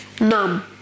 numb